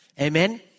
Amen